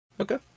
Okay